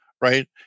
right